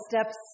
Steps